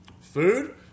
Food